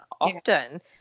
often